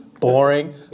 Boring